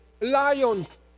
lions